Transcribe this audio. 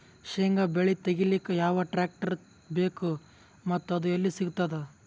ಶೇಂಗಾ ಬೆಳೆ ತೆಗಿಲಿಕ್ ಯಾವ ಟ್ಟ್ರ್ಯಾಕ್ಟರ್ ಬೇಕು ಮತ್ತ ಅದು ಎಲ್ಲಿ ಸಿಗತದ?